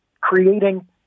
creating